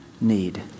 need